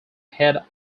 head